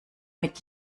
mit